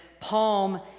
palm